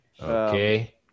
Okay